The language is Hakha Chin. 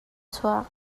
chuak